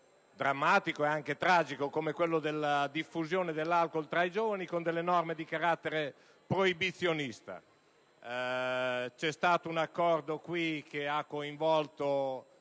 drammatico e anche tragico come quello della diffusione dell'alcool tra i giovani con norme di carattere proibizionista. In Senato c'è stato un accordo che ha coinvolto